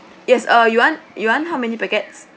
yes uh you want you want how many packets